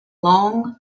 long